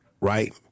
right